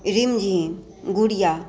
रिमझिम गुड़िआ